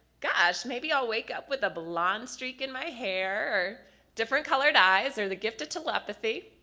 gosh maybe i'll wake up with a blonde streak in my hair or different color eyes, or the gift of telepathy.